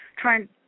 trying